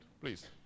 Please